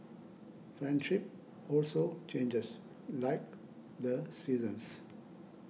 friendship also changes like the seasons